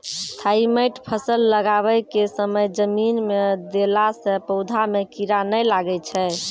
Thimet फ़सल लगाबै के समय जमीन मे देला से पौधा मे कीड़ा नैय लागै छै?